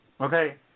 okay